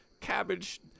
cabbage